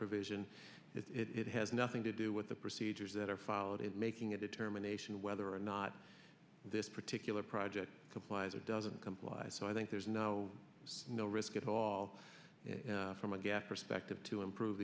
provision it has nothing to do with the procedures that are followed it making a determination whether or not this particular project complies or doesn't comply so i think there's no no risk at all from a gaffe perspective to improve